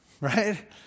right